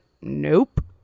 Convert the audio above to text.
nope